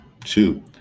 two